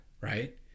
Right